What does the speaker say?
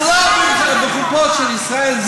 צלב בחופות של ישראל.